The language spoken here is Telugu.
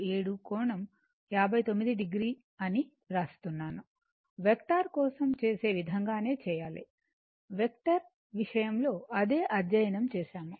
47 కోణం 59 o అని వ్రాస్తున్నాను వెక్టార్ కోసం చేసే విధంగానే చేయాలి వెక్టర్ విషయంలో అదే అధ్యయనం చేసాము